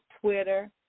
Twitter